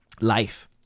life